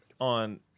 on